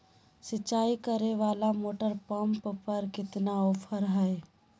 सिंचाई करे वाला मोटर पंप पर कितना ऑफर हाय?